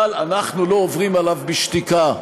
אבל אנחנו לא עוברים עליו בשתיקה,